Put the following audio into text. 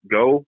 go